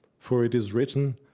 for it is written